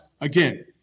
again